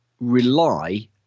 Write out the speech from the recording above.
rely